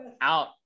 out